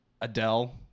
Adele